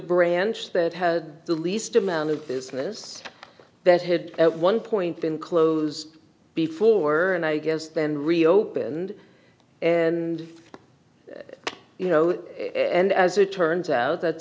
branch that has the least amount of business that had at one point been close before and i guess then reopened and you know and as it turns out that's